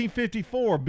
1954